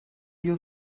yıl